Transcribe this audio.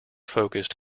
focused